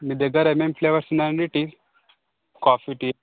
మీ దగ్గర ఏమేం ఫ్లేవర్స్ ఉన్నాయి అండి టీ కాఫీ టీ